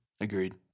Agreed